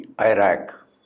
Iraq